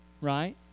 Right